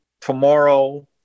tomorrow